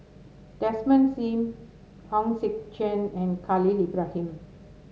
Desmond Sim Hong Sek Chern and Khalil Ibrahim